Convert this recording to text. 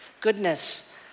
Goodness